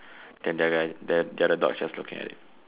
then the other guy the other dog just looking at it